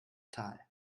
tal